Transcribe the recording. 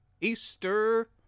Easter